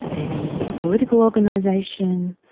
any political organisation,